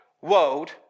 world